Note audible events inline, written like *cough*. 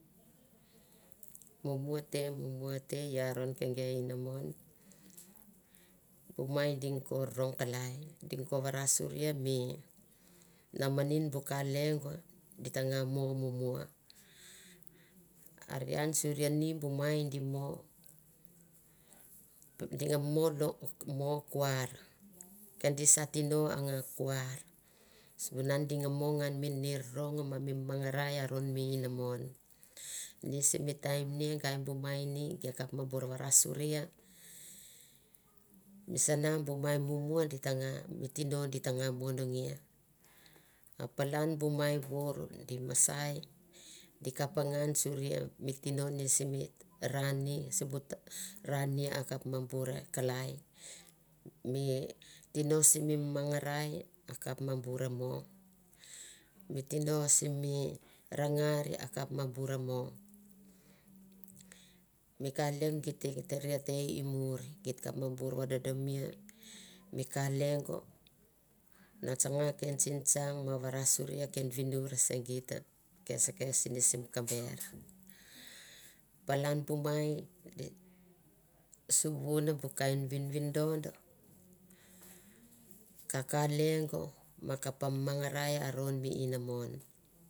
*noise* Mumua te mumua te i aron ke ge inamono bu mai ko rong kalai ding ko varasuri mi namanin bu ka lengo di ta nga mo mumua a. a rian suria ni bu mai di mo di nga mo long mo kuar ke di sa tino a nga kuar suvnan di nga mo ngan mi ni rorong ma mi mangarai i aron mi inamon ni simi taim ni gai bu mai ni ge kap babor varasuria mi sana bu mai mumua di ta nga mi tino di ta nga monangia a palan bu mai *noise* bure di masai di kapa ngan suria mi tino simi na ni sibu ta ra nia a kap ma bure kalai mi tino simi mangarai a kap ma bure mo mi ka lengo git te terie te muri git kap ma bure vadonomia mi ka lengo na tsangaken ni simi ka bera *noise* palan bu mai di suruna bu kain vinvindono kaka lengo ma kap mangara i aron mi inamon.